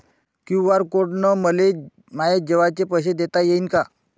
QR code न मले माये जेवाचे पैसे देता येईन का?